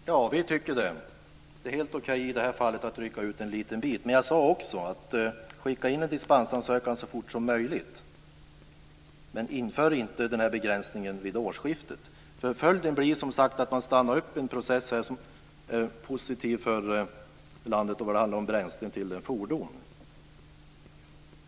Fru talman! Ja, vi tycker det. Det är helt okej i det här fallet att rycka ut en liten bit. Jag sade också att vi skulle skicka in en dispensansökan så fort som möjligt. Men vi ska inte införa den här begränsningen vid årsskiftet. Följden blir att man stannar upp en process som är positiv för landet när det gäller bränslen till fordon.